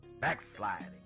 backsliding